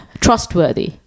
Trustworthy